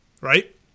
right